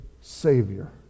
Savior